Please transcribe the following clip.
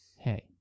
hey